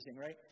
right